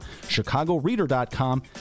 chicagoreader.com